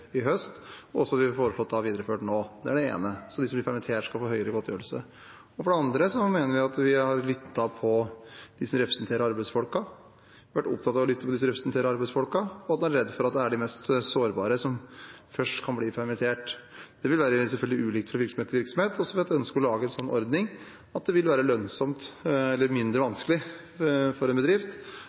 i høst, og også har foreslått videreført nå. Det er det ene – at de som blir permittert, skal få høyere godtgjørelse. For det andre mener vi at vi har lyttet til dem som representerer arbeidsfolkene – vi har vært opptatt av å lytte til dem – og at en er redd for at det er de mest sårbare som først kan bli permittert. Det vil selvfølgelig være ulikt fra virksomhet til virksomhet. Og så har vi et ønske om å lage en ordning, slik at det vil være mindre vanskelig for en bedrift